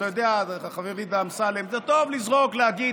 אתה יודע, דוד אמסלם, זה טוב לזרוק ולהגיד.